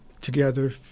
together